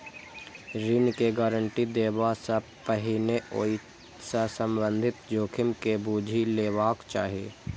ऋण के गारंटी देबा सं पहिने ओइ सं संबंधित जोखिम के बूझि लेबाक चाही